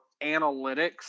analytics